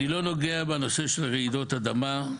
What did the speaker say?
אני לא נוגע בנושא של רעידות אדמה,